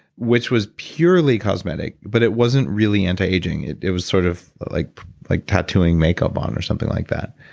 which was purely cosmetic, but it wasn't really antiaging. it it was sort of like like tattooing makeup on or something like that.